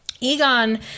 Egon